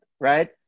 right